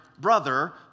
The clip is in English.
brother